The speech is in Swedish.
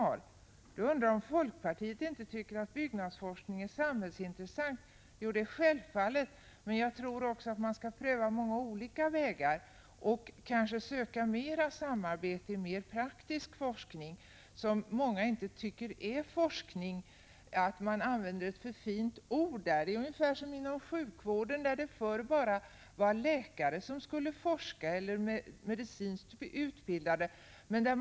Per Olof Håkansson undrar om vi i folkpartiet inte tycker att byggnadsforskningen är samhällsintressant. Självfallet tycker vi det. Men jag tror att man skall pröva många olika vägar. Kanske skall man söka åstadkomma mer samarbete med den praktiska forskningen, vilken många inte anser vara någon forskning. Man anser att ordet forskning är för fint. Det går att dra paralleller med sjukvården. Förr var det ju bara läkare eller annan medicinskt utbildad personal som skulle forska.